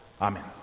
Amen